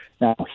Now